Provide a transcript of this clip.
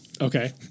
Okay